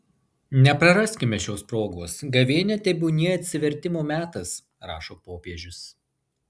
nepraraskime šios progos gavėnia tebūnie atsivertimo metas rašo popiežius